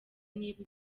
niba